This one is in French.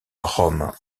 rome